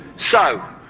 so,